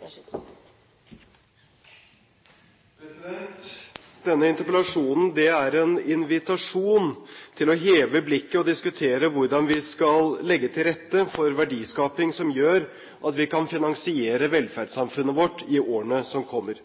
3. Denne interpellasjonen er en invitasjon til å heve blikket og diskutere hvordan vi skal legge til rette for verdiskaping som gjør at vi kan finansiere velferdssamfunnet vårt i årene som kommer.